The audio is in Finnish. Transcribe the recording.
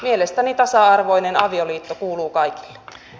mielestäni tasa arvoinen avioliitto kuuluu kaikille